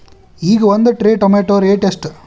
ಈಗ ಒಂದ್ tray tomato rate ಎಷ್ಟ?